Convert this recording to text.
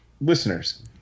listeners